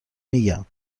میگم